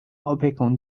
opieką